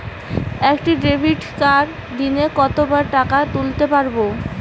একটি ডেবিটকার্ড দিনে কতবার টাকা তুলতে পারব?